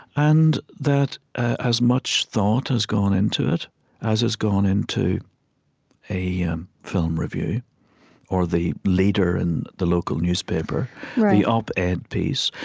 and that as much thought has gone into it as has gone into a um film review or the leader in the local newspaper right the op-ed and piece.